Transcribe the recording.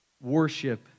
worship